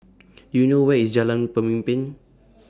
Do YOU know Where IS Jalan Pemimpin